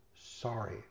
sorry